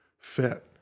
fit